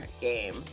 game